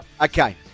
Okay